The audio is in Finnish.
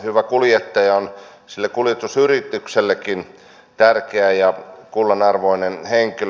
hyvä kuljettaja on sille kuljetusyrityksellekin tärkeä ja kullanarvoinen henkilö